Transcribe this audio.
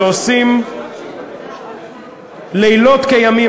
שעושים לילות כימים,